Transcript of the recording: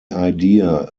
idea